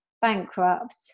bankrupt